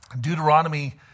Deuteronomy